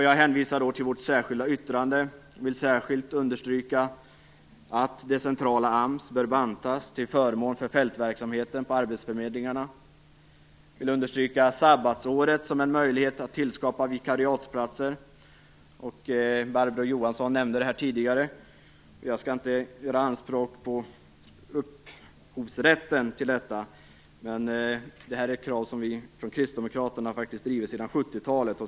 Jag hänvisar då till vårt särskilda yttrande och vill särskilt understryka att det centrala AMS bör bantas till förmån för fältverksamheten på arbetsförmedlingarna. Jag vill understryka sabbatsåret som en möjlighet att skapa vikariatsplatser. Barbro Johansson nämnde det tidigare. Jag skall inte själv göra anspråk på upphovsrätten till detta, men det är krav som vi har drivit sedan 70-talet.